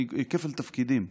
כפל תפקידים,